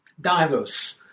diverse